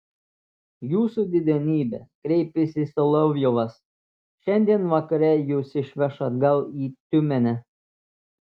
jūsų didenybe kreipėsi solovjovas šiandien vakare jus išveš atgal į tiumenę